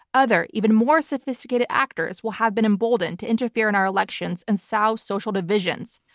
other even more sophisticated actors will have been emboldened to interfere in our elections and sow social divisions.